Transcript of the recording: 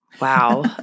Wow